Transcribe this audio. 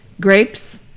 grapes